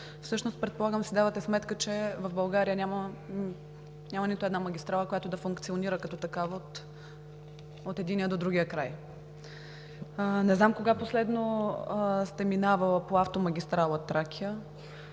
Всъщност, предполагам си давате сметка, че в България няма нито една магистрала, която да функционира като такава от единия до другия край. Не знам кога последно сте минавала по автомагистрала „Тракия“,